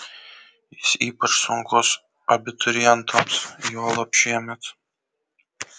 jis ypač sunkus abiturientams juolab šiemet